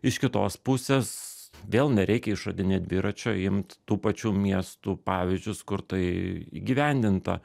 iš kitos pusės vėl nereikia išradinėt dviračio imt tų pačių miestų pavyzdžius kur tai įgyvendinta